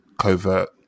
covert